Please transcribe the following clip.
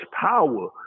power